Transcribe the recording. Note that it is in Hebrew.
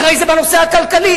אחרי זה, בנושא הכלכלי.